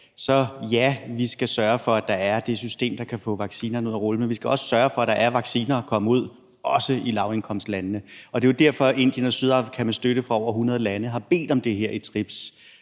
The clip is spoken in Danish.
i dag, skal vi sørge for, at der er et system, der kan få vaccinerne ud at rulle, men vi skal også sørge for, at der er vacciner til lavindkomstlandene. Det er jo derfor, at Indien og Sydafrika med støtte fra over 100 lande har bedt om, at den her